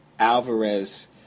Alvarez